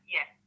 Yes